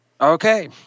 Okay